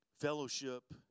Fellowship